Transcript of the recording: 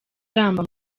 aramba